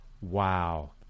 wow